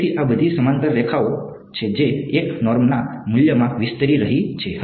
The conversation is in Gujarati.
તેથી આ બધી સમાંતર રેખાઓ છે જે 1 નોર્મના મૂલ્યમાં વિસ્તરી રહી છે